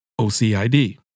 OCID